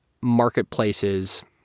marketplaces